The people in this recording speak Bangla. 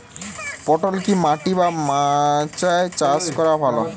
পটল কি মাটি বা মাচায় চাষ করা ভালো?